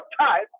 time